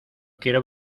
quiero